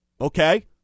okay